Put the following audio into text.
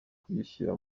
kuyishyira